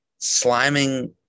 sliming